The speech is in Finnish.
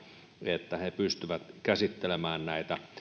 että ne pystyvät käsittelemään näitä